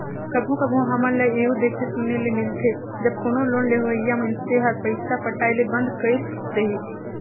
कभों कभों हमन ल एहु देखे सुने ले मिलथे जब कोनो लोन लेहोइया मइनसे हर पइसा पटाए ले बंद कइर देहिस